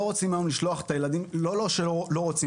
רוצות לשלוח את הילדים לא שהן לא רוצות,